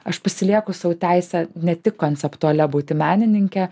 aš pasilieku sau teisę ne tik konceptualia būti menininke